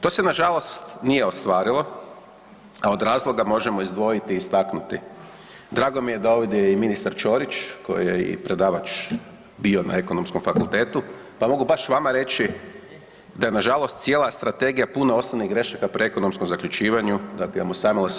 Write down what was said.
To se nažalost nije ostvarilo, a od razloga možemo izdvojiti i istaknuti, drago mi je da je ovdje i ministar Ćorić koji je predavač bio na Ekonomskom fakultetu pa mogu baš vama reći da je nažalost cijela strategija puna osnovnih grešaka po ekonomskom zaključivanju, dakle imamo